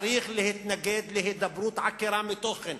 צריך להתנגד להידברות עקרה מתוכן.